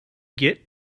get